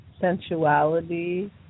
sensuality